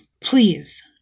Please